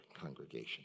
congregation